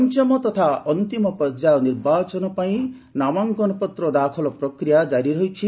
ପଞ୍ଚମ ତଥା ଅନ୍ତିମ ପର୍ଯ୍ୟାୟ ନିର୍ବାଚନ ପାଇଁ ନାମାଙ୍କନ ପତ୍ର ଦାଖଲ ପ୍ରକ୍ରିୟା ଜାରି ରହିଛି